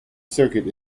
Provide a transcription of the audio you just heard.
circuit